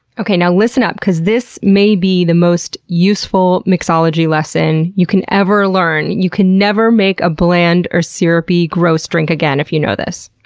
okay now listen up, because this may be the most useful mixology lesson you can ever learn. you can never make a bland or syrupy gross drink again if you know this.